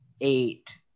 eight